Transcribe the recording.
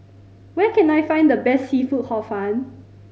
where can I find best seafood Hor Fun